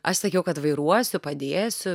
aš sakiau kad vairuosiu padėsiu